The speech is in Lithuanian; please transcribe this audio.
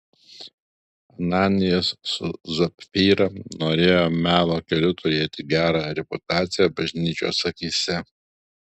ananijas su sapfyra norėjo melo keliu turėti gerą reputaciją bažnyčios akyse